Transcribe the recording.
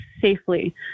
safely